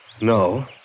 No